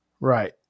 right